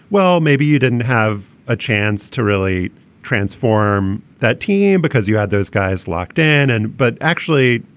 well, maybe you didn't have a chance to really transform that team because you had those guys locked in. and but actually,